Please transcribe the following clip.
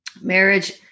marriage